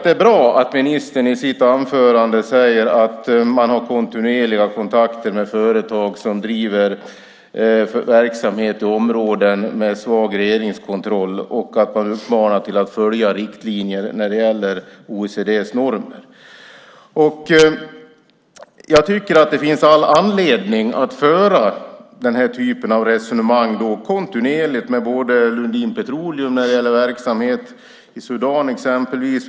Det är bra att ministern i sitt anförande säger att man har kontinuerliga kontakter med företag som driver verksamhet i områden med svag regeringskontroll och att man uppmanar till att följa riktlinjer när det gäller OECD:s normer. Det finns all anledning att föra den här typen av resonemang kontinuerligt med Lundin Petroleum när det gäller verksamhet i Sudan exempelvis.